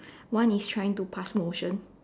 one is trying to pass motion